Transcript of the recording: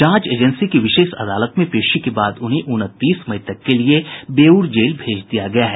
जांच एजेंसी की विशेष अदालत में पेशी के बाद उन्हें उनतीस मई तक के लिये बेउर जेल भेज दिया गया है